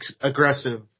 aggressive